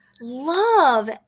love